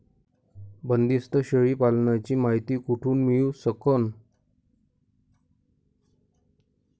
बंदीस्त शेळी पालनाची मायती कुठून मिळू सकन?